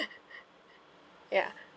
ya